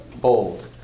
bold